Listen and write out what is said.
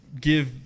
give